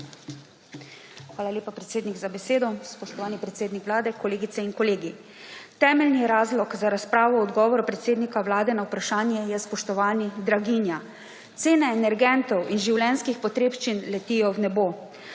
Hvala lepa, predsednik, za besedo. Spoštovani predsednik Vlade, kolegice in kolegi! Temeljni razlog za razpravo o odgovoru predsednika Vlade na vprašanje je, spoštovani, draginja. Cene energentov in življenjskih potrebščin letijo v nebo.